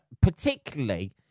particularly